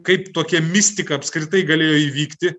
kaip tokia mistika apskritai galėjo įvykti